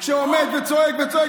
כשהוא עמד שם וזעק,